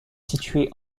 située